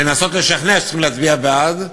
לנסות לשכנע שצריכים להצביע בעד,